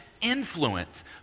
influence